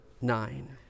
nine